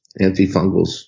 antifungals